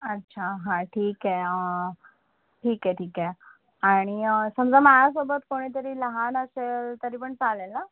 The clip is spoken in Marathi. अच्छा हां ठीक आहे ठीक आहे ठीक आहे आणि समजा माझ्यासोबत कोणीतरी लहान असेल तरी पण चालेल ना